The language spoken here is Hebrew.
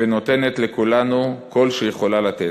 ונותנת לכולנו כל שיכולה לתת.